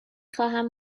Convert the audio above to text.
خواهم